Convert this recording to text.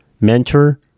mentor